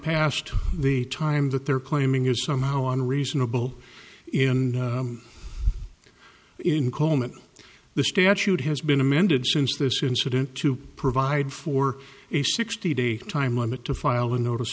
past the time that they're claiming is somehow unreasonable in in coleman the statute has been amended since this incident to provide for a sixty day time limit to file a notice